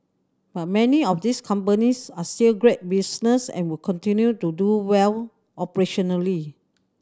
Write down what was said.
but many of these companies are still great business and will continue to do well operationally